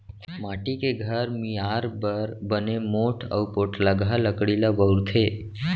माटी के घर मियार बर बने मोठ अउ पोठलगहा लकड़ी ल बउरथे